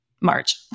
March